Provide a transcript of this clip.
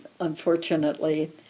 unfortunately